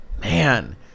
man